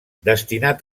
destinat